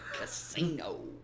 Casino